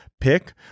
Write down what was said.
pick